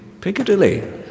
Piccadilly